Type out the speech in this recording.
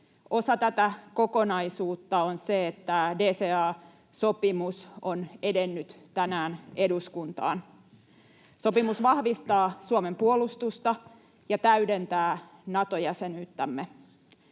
Osa tätä kokonaisuutta on se, että DCA-sopimus on edennyt tänään eduskuntaan. Sopimus vahvistaa Suomen puolustusta ja täydentää Nato-jäsenyyttämme.